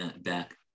back